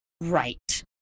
Right